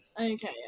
okay